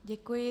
Děkuji.